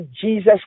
Jesus